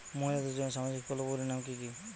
মহিলাদের জন্য সামাজিক প্রকল্প গুলির নাম কি কি?